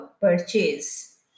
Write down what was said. purchase